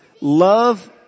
love